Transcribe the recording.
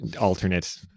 alternate